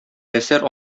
әсәр